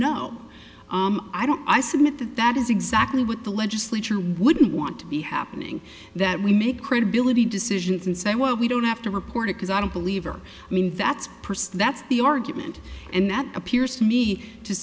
know i don't i submit that that is exactly what the legislature wouldn't want to be happening that we make credibility decisions and say well we don't have to report it because i don't believe her i mean that's perceived that's the argument and that appears to me to